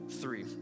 three